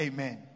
Amen